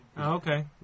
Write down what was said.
Okay